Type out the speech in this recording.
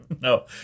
no